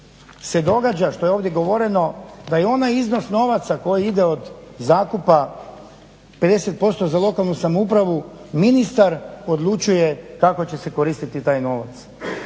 se događa što je ovdje govoreno da je onaj iznos novaca koji ide od zakupa 50% za lokalnu samoupravu ministar odlučuje kako će se koristiti taj novac.